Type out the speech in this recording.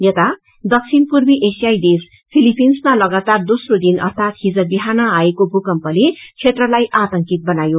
याता दक्षिण पूर्वी एसियाई देश फिलिपिन्समा लगातार दोस्रो दिन अर्थात हिज बिहान आएको भूकम्पले क्षेत्रलाई आतंकित बनायो